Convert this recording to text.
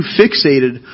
fixated